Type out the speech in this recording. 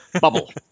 bubble